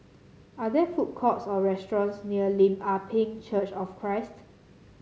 are there food courts or restaurants near Lim Ah Pin Church of Christ